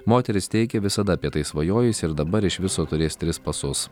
moteris teigia visada apie tai svajojusi ir dabar iš viso turės tris pasus